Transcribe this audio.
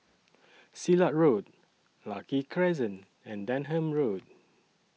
Silat Road Lucky Crescent and Denham Road